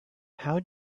how